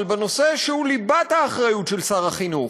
אבל מנושא שהוא ליבת האחריות של שר החינוך,